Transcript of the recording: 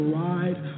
ride